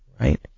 right